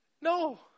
No